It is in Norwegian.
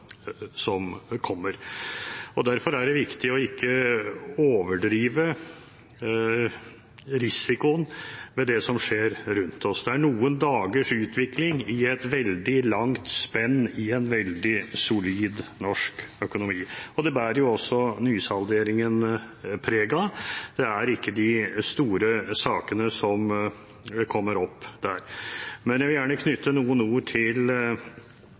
kommer. Derfor er det viktig ikke å overdrive risikoen ved det som skjer rundt oss. Det er noen dagers utvikling i et veldig langt spenn i en veldig solid norsk økonomi. Det bærer også nysalderingen preg av. Det er ikke de store sakene som kommer opp her. Jeg vil gjerne knytte noen ord til